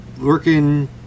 Working